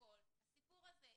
בכל הסיפור הזה.